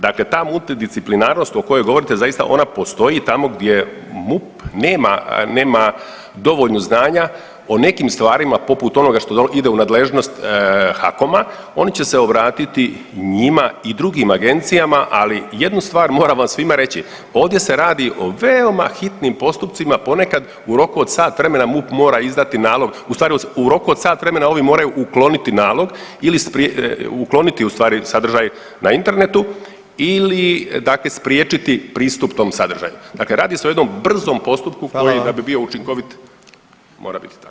Dakle, ta multidisciplinarnost o kojoj govorite zaista ona postoji tamo gdje MUP nema, nema dovoljno znanja o nekim stvarima poput onoga što ide u nadležnost HAKOM-a, oni će se obratiti njima i drugim agencijama, ali jednu stvar moram vam svima reći, ovdje se radi o veoma hitnim postupcima ponekad u roku od sat vremena MUP mora izdati nalog, u stvari u roku od sat vremena ovi moraju ukloniti nalog, ukloniti u stvari sadržaj na internetu ili dakle spriječiti pristup tom sadržaju, dakle radi se o jednom brzom postupku koji da bi bio učinkovit mora biti takav.